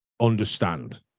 understand